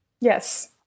Yes